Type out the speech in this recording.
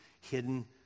hidden